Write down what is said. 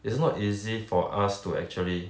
it's not easy for us to actually